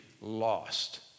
lost